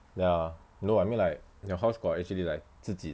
ya no I mean like your house got like actually like 自己